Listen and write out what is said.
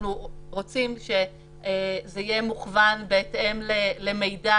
אנחנו רוצים שזה יהיה מוכוון בהתאם למידע